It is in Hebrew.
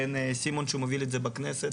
בין סימון שמוביל את זה בכנסת,